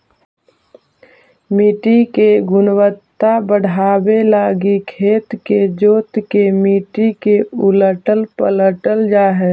मट्टी के गुणवत्ता बढ़ाबे लागी खेत के जोत के मट्टी के उलटल पलटल जा हई